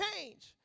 change